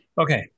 Okay